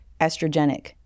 estrogenic